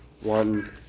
one